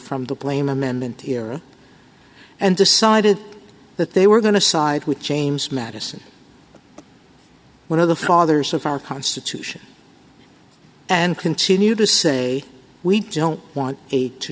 from the blame amendment era and decided that they were going to side with james madison one of the fathers of our constitution and continue to say we don't want